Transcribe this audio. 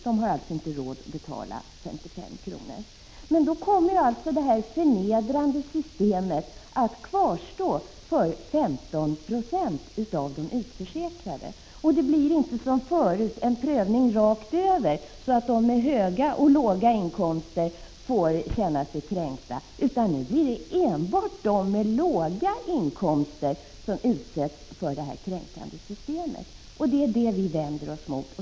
De har alltså inte råd att betala 55 kr. Det förnedrande systemet kommer alltså att kvarstå för 15 20 av de utförsäkrade. Det blir inte som förut en prövning rakt över, så att både patienter med höga inkomster och patienter med låga inkomster får känna sig kränkta, utan nu blir det enbart patienter med låga inkomster som utsätts för detta kränkande system. Det är det vi vänder oss mot.